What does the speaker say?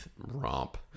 romp